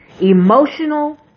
emotional